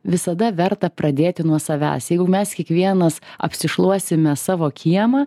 visada verta pradėti nuo savęs jeigu mes kiekvienas apsišluosime savo kiemą